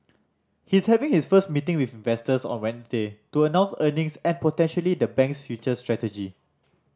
he's having his first meeting with investors on Wednesday to announce earnings and potentially the bank's future strategy